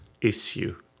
issue